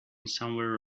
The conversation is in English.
somewhere